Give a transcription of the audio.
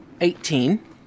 Eighteen